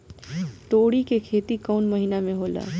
तोड़ी के खेती कउन महीना में होला?